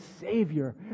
Savior